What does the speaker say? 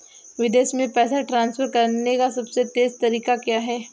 विदेश में पैसा ट्रांसफर करने का सबसे तेज़ तरीका क्या है?